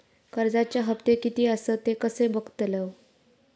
कर्जच्या हप्ते किती आसत ते कसे बगतलव?